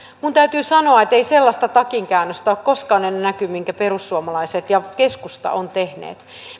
täytyy sanoa että ei sellaista takinkäännöstä ole koskaan ennen näkynyt minkä perussuomalaiset ja keskusta ovat tehneet